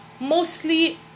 Mostly